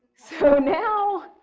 so now,